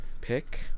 pick